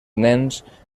nens